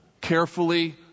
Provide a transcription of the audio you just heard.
carefully